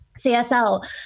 CSL